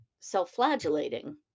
self-flagellating